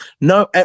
no